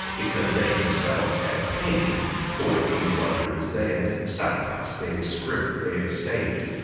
because they themselves had paid for these luxuries. they had sacrificed, they had scrimped, they had saved,